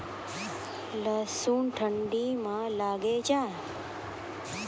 लहसुन ठंडी मे लगे जा?